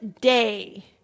day